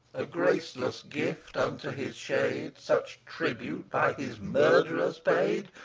a graceless gift unto his shade such tribute, by his murd'ress paid!